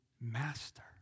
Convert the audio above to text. master